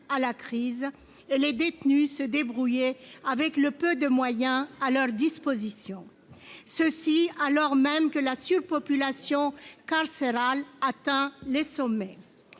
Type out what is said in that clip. à la crise, et les détenus se débrouiller avec le peu de moyens à leur disposition, alors même que la surpopulation carcérale atteint des sommets.